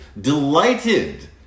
delighted